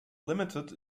limited